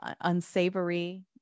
unsavory